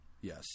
Yes